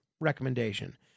recommendation